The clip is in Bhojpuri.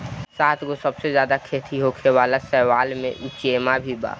सातगो सबसे ज्यादा खेती होखे वाला शैवाल में युचेमा भी बा